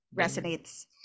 Resonates